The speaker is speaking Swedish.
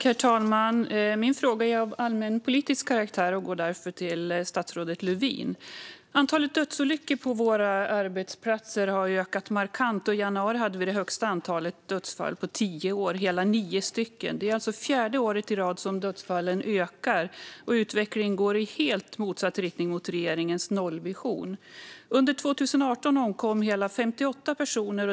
Herr talman! Antalet dödsolyckor på våra arbetsplatser har ökat markant. I januari hade vi det högsta antalet dödsfall på tio år, hela nio stycken. Det är fjärde året i rad som dödsfallen ökar, och utvecklingen går i helt motsatt riktning mot regeringens nollvision. Under 2018 omkom 58 personer.